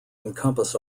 encompass